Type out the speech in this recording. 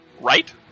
Right